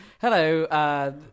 Hello